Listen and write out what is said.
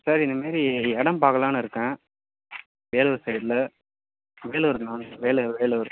sir இந்தமாரி இடம் பார்க்கலான்னு இருக்கேன் வேலூர் சைடில் வேலூர்ணா வேலூர் வேலூர்